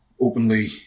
openly